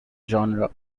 genre